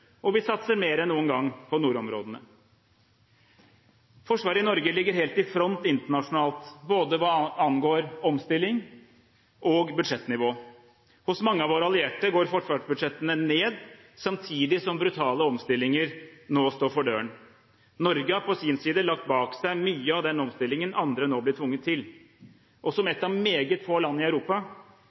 Vi satser mer enn noen gang på nordområdene. Forsvaret i Norge ligger helt i front internasjonalt, hva angår både omstilling og budsjettnivå. Hos mange av våre allierte går forsvarsbudsjettene ned samtidig som brutale omstillinger står for døren. Norge har på sin side lagt bak seg mye av den omstillingen andre nå blir tvunget til, og som ett av meget få land i Europa